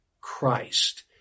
Christ